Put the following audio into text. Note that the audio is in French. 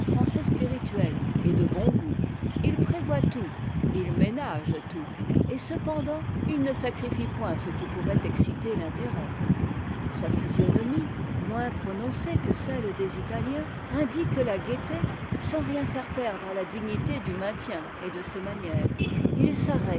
français spirituel et de bon goût il prévoit tout il ménage tout et cependant il ne sacrifie point ce qui pourrait exciter l'intérêt sa physionomie moins prononcée que celle des italiens indique la gaieté sans rien faire perdre à la dignité du maintien et des manières il s'arrête